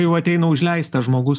jau ateina užleistas žmogus